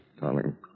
darling